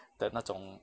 的那种